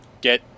get